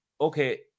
okay